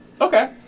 Okay